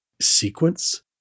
sequence